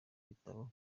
bitabo